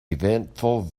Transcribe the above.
eventful